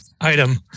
item